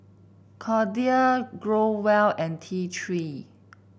Kordel Growell and T Three